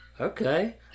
Okay